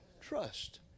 trust